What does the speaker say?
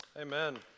Amen